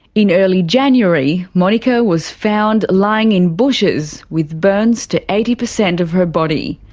in early january monika was found lying in bushes, with burns to eighty percent of her body.